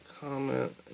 comment